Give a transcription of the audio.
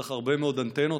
צריך הרבה מאוד אנטנות.